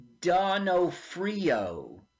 Donofrio